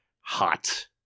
hot